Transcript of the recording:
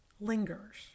lingers